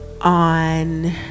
On